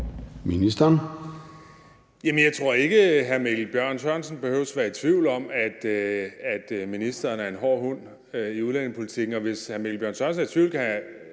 Bek): Jeg tror ikke, at hr. Mikkel Bjørn behøver at være i tvivl om, at ministeren er en hård hund i udlændingepolitikken. Hvis hr. Mikkel Bjørn er i tvivl, kan han